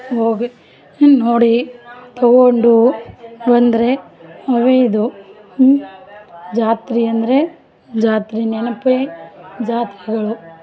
ಹೋಗಿ ಇನ್ನು ನೋಡಿ ತಗೊಂಡು ಬಂದರೆ ಅವೇ ಇದು ಜಾತ್ರೆ ಅಂದರೆ ಜಾತ್ರೆ ನೆನಪೆ ಜಾತ್ರೆಗಳು